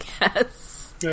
Yes